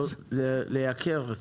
לייקר.